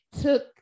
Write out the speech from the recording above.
took